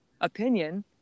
opinion